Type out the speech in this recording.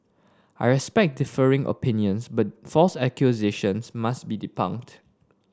I respect differing opinions but false accusations must be debunked